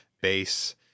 bass